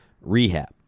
rehab